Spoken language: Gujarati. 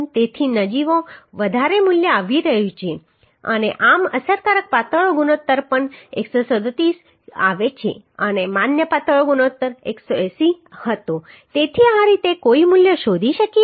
તેથી નજીવો વધારે મૂલ્ય આવી રહ્યું છે અને આમ અસરકારક પાતળો ગુણોત્તર પણ 137 આવે છે અને માન્ય પાતળો ગુણોત્તર 180 હતો તેથી આ રીતે કોઈ મૂલ્યો શોધી શકે છે